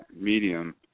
medium